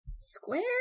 square